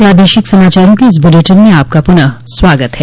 प्रादेशिक समाचारों के इस बुलेटिन में आपका फिर से स्वागत है